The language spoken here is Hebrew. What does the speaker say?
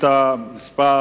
בשאילתא מס'